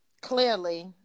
clearly